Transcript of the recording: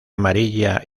amarilla